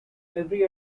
every